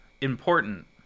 important